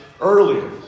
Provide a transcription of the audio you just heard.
earlier